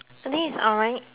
I think it's alright